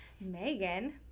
Megan